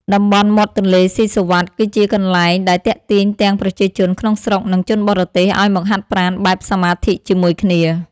តំបន់មាត់ទន្លេស៊ីសុវត្ថិ គឺជាកន្លែងដែលទាក់ទាញទាំងប្រជាជនក្នុងស្រុក និងជនបរទេសឱ្យមកហាត់ប្រាណបែបសមាធិជាមួយគ្នា។